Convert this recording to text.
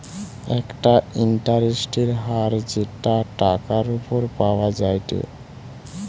একটা ইন্টারেস্টের হার যেটা টাকার উপর পাওয়া যায়টে